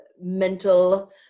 mental